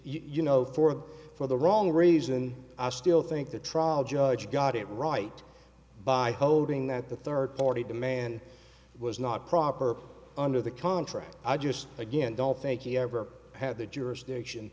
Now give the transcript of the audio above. you know for for the wrong reason i still think the trial judge got it right by holding that the third party demand was not proper under the contract i just again don't think he ever had the jurisdiction